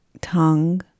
tongue